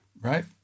right